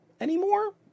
anymore